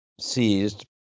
seized